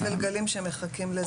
זה עלול לפגוע בבית הגלגלים שמחכים לזה.